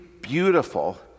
beautiful